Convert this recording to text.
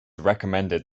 recommend